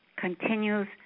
continues